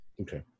Okay